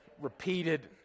repeated